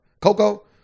Coco